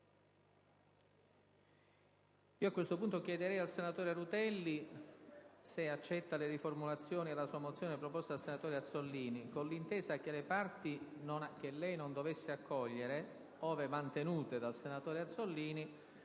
A questo punto, chiederei al senatore Rutelli se accetta le riformulazioni alla sua mozione proposte dal senatore Azzollini, con l'intesa che le proposte di modifica che lei non dovesse accogliere, ove mantenute dal senatore Azzollini,